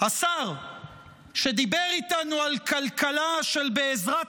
השר שדיבר איתנו על כלכלה של בעזרת